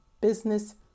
business